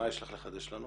מה יש לך לחדש לנו?